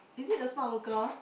is it the Smart Local